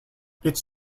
its